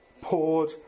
poured